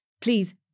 Please